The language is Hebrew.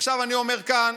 עכשיו אני אומר כאן,